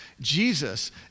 Jesus